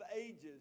ages